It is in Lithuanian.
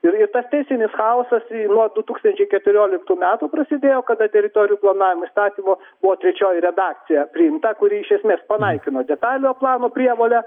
ir tas teisinis chaosas nuo du tūkstančiai keturioliktų metų prasidėjo kada teritorijų planavimo įstatymo buvo trečioji redakcija priimta kuri iš esmės panaikino detaliojo plano prievolę